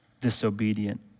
disobedient